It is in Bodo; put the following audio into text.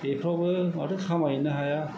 बेफ्रावबो माथो खामायहैनो हाया